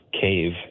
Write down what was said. cave